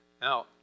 Now